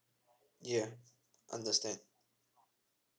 yeah understand